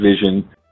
vision